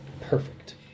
Perfect